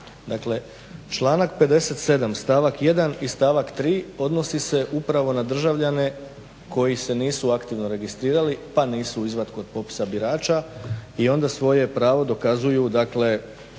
Dakle članak 57. stavak 1. i stavak 3. odnosi se upravo na državljane koji se nisu aktivno registrirali pa nisu u izvatku popisa birača i onda svoje pravo dokazuju na